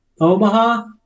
Omaha